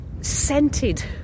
scented